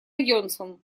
йонсон